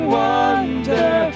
wonder